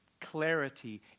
clarity